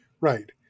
Right